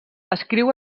escriu